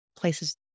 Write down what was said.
places